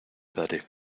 daré